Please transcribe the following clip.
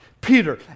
Peter